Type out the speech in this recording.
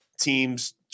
teams